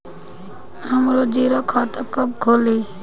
हमरा जीरो खाता कब खुली?